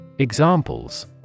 Examples